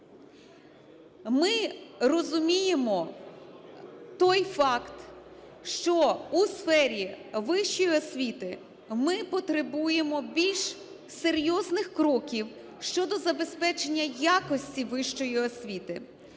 ми розуміємо той факт, що у сфері вищої освіти ми потребуємо більш серйозних кроків щодо забезпечення якості вищої освіти.